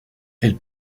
elle